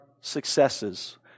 successes